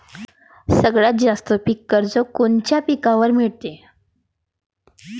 सगळ्यात जास्त पीक कर्ज कोनच्या पिकावर मिळते?